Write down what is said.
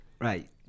Right